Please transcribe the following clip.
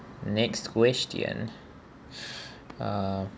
next question uh